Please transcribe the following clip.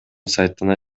сайтына